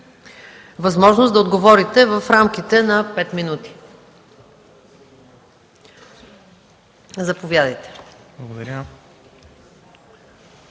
възможност да отговорите в рамките на 5 минути. Заповядайте.